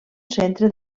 centre